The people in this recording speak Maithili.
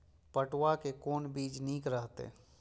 पटुआ के कोन बीज निक रहैत?